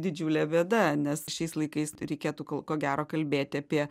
didžiulė bėda nes šiais laikais reikėtų ko gero kalbėti apie